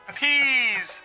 peas